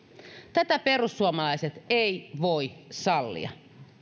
tätä perussuomalaiset eivät voi sallia